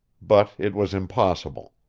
but it was impossible.